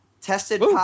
Tested